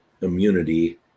immunity